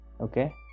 Okay